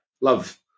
love